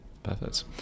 Perfect